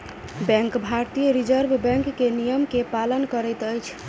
bank भारतीय reserve bank के नियम के पालन करैत अछि